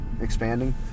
expanding